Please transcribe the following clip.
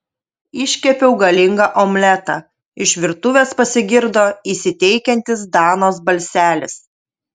iškepiau galingą omletą iš virtuvės pasigirdo įsiteikiantis danos balselis